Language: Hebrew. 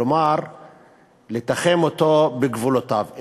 כלומר לתחם אותו בגבולותיו,